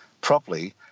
properly